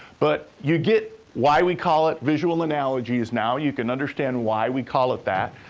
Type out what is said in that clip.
but you get why we call it visual analogies now. you can understand why we call it that.